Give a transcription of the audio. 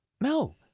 No